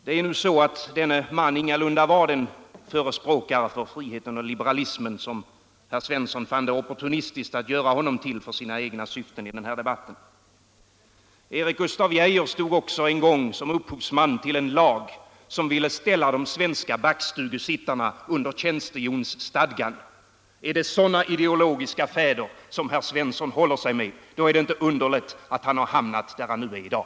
Nu är det så att denne man ingalunda var den förespråkare för friheten och liberalismen som herr Svensson fann det opportunt att göra honom till för sina egna syften i den här debatten. Erik Gustaf Geijer stod också en gång som upphovsman till en lag som ville ställa de svenska backstugusittarna under tjänstehjonsstadgan. Är det sådana ideologiska fäder som herr Svensson håller sig med, då är det inte underligt att han hamnat där han är i dag.